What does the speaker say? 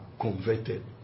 converted